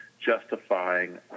justifying